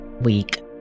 week